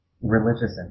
religious